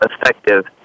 effective